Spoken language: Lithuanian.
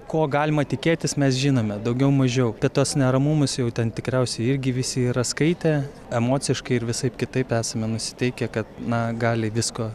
ko galima tikėtis mes žinome daugiau mažiau apie tuos neramumus jau ten tikriausiai irgi visi yra skaitę emociškai ir visaip kitaip esame nusiteikę kad na gali visko